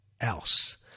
else